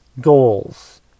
goals